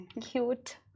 cute